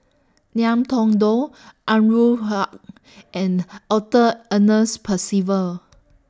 Ngiam Tong Dow Anwarul Haque and Arthur Ernest Percival